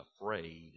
afraid